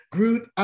Groot